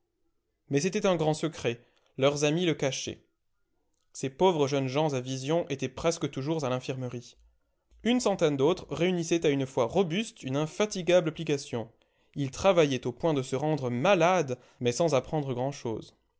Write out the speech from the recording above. mais c'était un grand secret leurs amis le cachaient ces pauvres jeunes gens à visions étaient presque toujours à l'infirmerie une centaine d'autres réunissaient à une foi robuste une infatigable application ils travaillaient au point de se rendre malades mais sans apprendre grand'chose